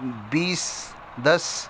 بیس دس